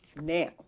now